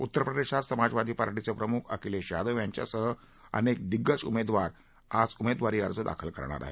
उत्तरप्रदेशात समाजवादी पार्टीचे प्रमुख अखिलेश यादव यांच्यासह अनेक दिग्गज उमेदवार आज उमेदवारी अर्ज दाखल करणार आहेत